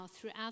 throughout